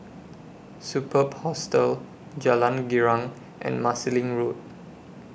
Superb Hostel Jalan Girang and Marsiling Road